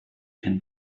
can